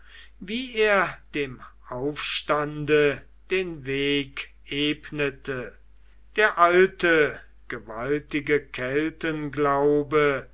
wie er dem aufstande den weg ebnete der alte gewaltige